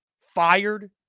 fired